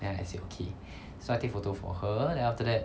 then I said okay so I take photo for her then after that